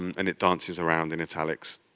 and it dances around in italics.